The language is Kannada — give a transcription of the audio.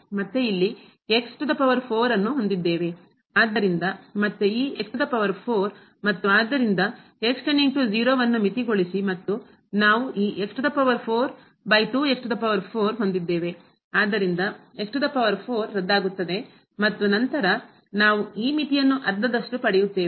ಆದ್ದರಿಂದ ಮತ್ತೆ ಈ ಮತ್ತು ಆದ್ದರಿಂದ ಮಿತಿಗೊಳಿಸಿ ಮತ್ತು ನಾವು ಈ ಆದ್ದರಿಂದ ರದ್ದಾಗುತ್ತದೆ ಮತ್ತು ನಂತರ ನಾವು ಈ ಮಿತಿಯನ್ನು ಅರ್ಧದಷ್ಟು ಪಡೆಯುತ್ತೇವೆ